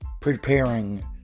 preparing